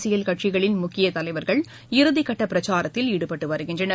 அரசியல் கட்சிகளின் முக்கியதலைவர்கள் இறுதிகட்டபிரச்சாரத்தில் ஈடுபட்டுவருகின்றனர்